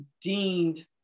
deemed